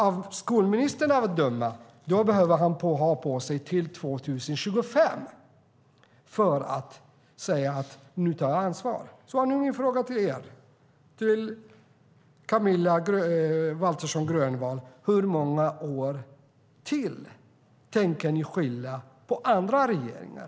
Av skolministern att döma behöver ni ha på er till 2025 för att ta ansvar. Här är alltså min fråga till Camilla Waltersson Grönvall: Hur många år till tänker ni skylla på andra regeringar?